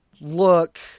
look